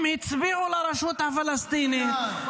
הם הצביעו לרשות הפלסטינית -- מצוין,